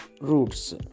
roots